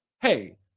hey